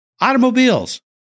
automobiles